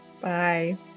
Bye